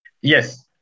Yes